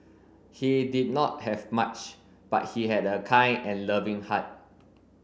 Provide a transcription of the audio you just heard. he did not have much but he had a kind and loving heart